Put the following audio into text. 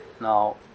Now